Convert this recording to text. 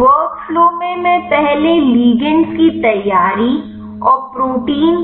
workflow में पहले ligands की तैयारी और प्रोटीन